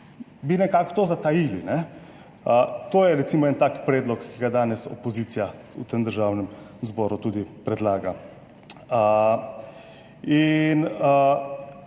bi nekako to zatajili. To je recimo en tak predlog, ki ga danes opozicija v Državnem zboru tudi predlaga. Vi